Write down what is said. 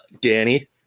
Danny